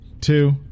two